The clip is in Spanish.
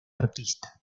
artista